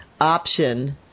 option